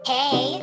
Hey